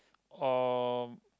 or